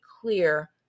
clear